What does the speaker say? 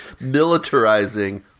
militarizing